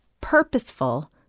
purposeful